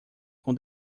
com